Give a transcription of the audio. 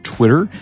Twitter